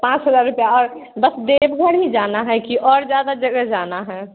पाँच हज़ार रुपया और बस देवघर ही जाना है कि और ज़्यादा जगह जाना है